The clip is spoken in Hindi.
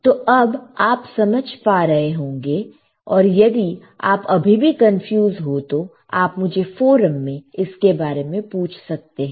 तो अब आप समझ पा रहे होंगे और यदि आप अभी भी कंफ्यूज हो तो आप मुझे फोरम में इसके बारे में पूछ सकते हैं